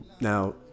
Now